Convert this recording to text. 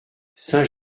saint